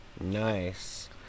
Nice